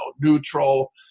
neutral